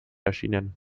erschienen